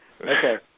Okay